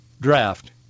draft